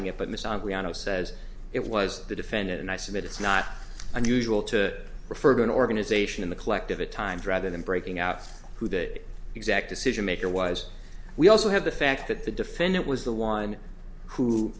andriano says it was the defendant and i submit it's not unusual to refer to an organization in the collective a time driving in breaking out who that exact decision maker was we also have the fact that the defendant was the one who